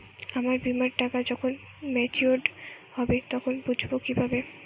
আমার বীমার টাকা যখন মেচিওড হবে তখন বুঝবো কিভাবে?